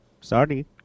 Sorry